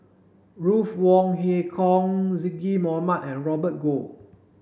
Ruth Wong Hie King Zaqy Mohamad and Robert Goh